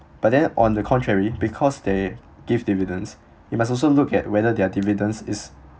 but then on the contrary because they give dividends we must also look at whether their dividends is